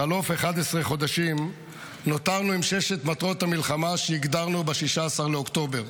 בחלוף 11 חודשים נותרנו עם ששת מטרות המלחמה שהגדרנו ב-16 באוקטובר,